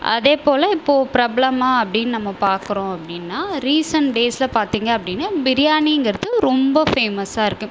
அதே போல இப்போ பிரபலமாக அப்படினு நம்ம பார்க்குறோம் அப்படின்னா ரீசண்ட் டேஸில் பார்த்திங்க அப்படின்னா பிரியாணிங்கறது ரொம்ப ஃபேமஸாக இருக்கு